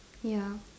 ya